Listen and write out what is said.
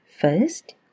First